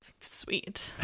Sweet